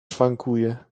szwankuje